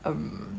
um